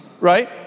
right